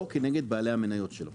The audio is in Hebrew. לא כנגד בעלי המניות שלו.